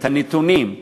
את הנתונים,